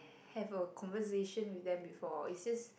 have a conversation with them before it seems